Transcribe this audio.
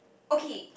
okay